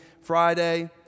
Friday